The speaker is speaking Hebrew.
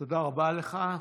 תודה רבה לך.